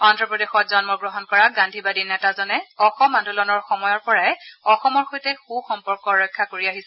অন্ধপ্ৰদেশত জন্ম গ্ৰহণ কৰা গান্ধীবাদী নেতাজনে অসম আন্দোলনৰ সময়ৰ পৰাই অসমৰ সৈতে সুসম্পৰ্ক ৰক্ষা কৰি আহিছিল